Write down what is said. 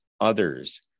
others